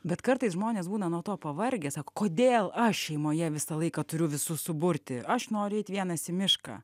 bet kartais žmonės būna nuo to pavargę sako kodėl aš šeimoje visą laiką turiu visus suburti aš noriu eit vienas į mišką